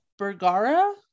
Bergara